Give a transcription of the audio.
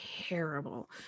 terrible